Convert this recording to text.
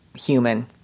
human